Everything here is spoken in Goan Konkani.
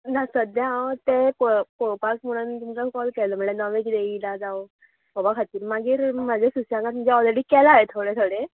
ना सध्या हांव ते प पळोवपाक म्हणून तुमका कॉल केलो म्हणल्यार नवें कितें येयला जावं घोवा खातीर मागीर म्हजे सुशेगात म्हणजे ओलरेडी केला हंवें थोडें थोडें